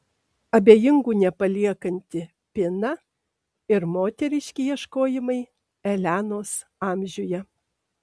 abejingų nepaliekanti pina ir moteriški ieškojimai elenos amžiuje